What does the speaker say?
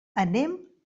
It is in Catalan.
anem